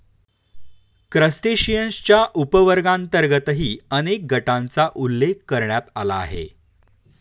क्रस्टेशियन्सच्या उपवर्गांतर्गतही अनेक गटांचा उल्लेख करण्यात आला आहे